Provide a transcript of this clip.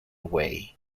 way